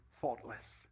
faultless